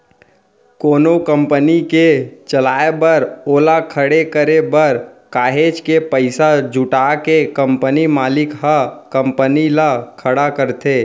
कोनो कंपनी के चलाए बर ओला खड़े करे बर काहेच के पइसा जुटा के कंपनी मालिक ह कंपनी ल खड़ा करथे